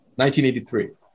1983